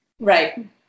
Right